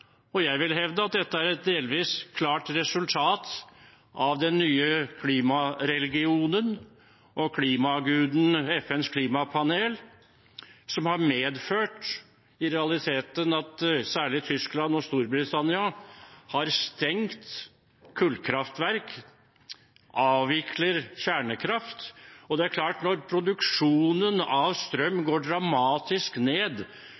og jeg vil hevde at dette er et delvis klart resultat av den nye klimareligionen og klimaguden – FNs klimapanel – som i realiteten har medført at særlig Tyskland og Storbritannia har stengt kullkraftverk og avvikler kjernekraft. Og det er klart at når produksjonen av strøm går dramatisk ned